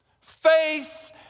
Faith